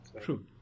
true